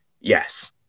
Yes